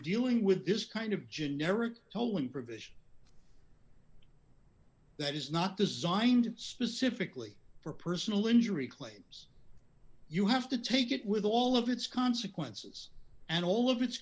dealing with this kind of generic tolan provision that is not designed specifically for personal injury claims you have to take it with all of its consequences and all of its